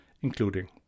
including